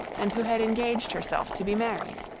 and who had engaged herself to be married.